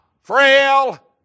frail